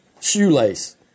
shoelace